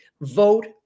vote